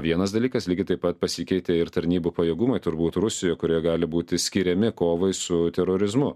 vienas dalykas lygiai taip pat pasikeitė ir tarnybų pajėgumai turbūt rusijoj kurie gali būti skiriami kovai su terorizmu